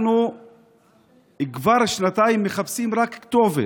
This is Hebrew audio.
אנחנו כבר שנתיים מחפשים רק כתובת.